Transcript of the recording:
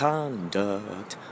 Conduct